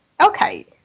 okay